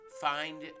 Find